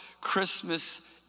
Christmas